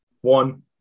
one